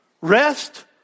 rest